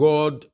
God